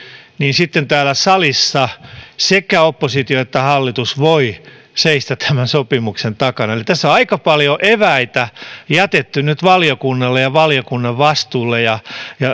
niin sitten täällä salissa sekä oppositio että hallitus voivat seistä tämän sopimuksen takana tässä on aika paljon eväitä jätetty nyt valiokunnalle ja valiokunnan vastuulle